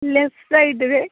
left ସାଇଡ଼୍ରେ